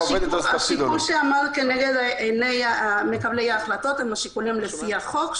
השיקולים שעמדו לנגד עיני מקבלי ההחלטות הם השיקולים לפי החוק,